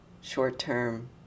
short-term